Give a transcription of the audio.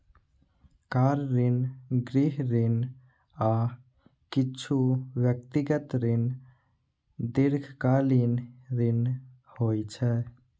car ऋण, गृह ऋण, आ किछु व्यक्तिगत ऋण दीर्घकालीन ऋण होइ छै